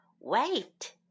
Wait